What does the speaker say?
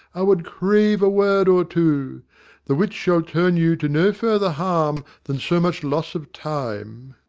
i would crave a word or two the which shall turn you to no further harm than so much loss of time.